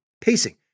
pacing